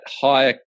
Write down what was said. higher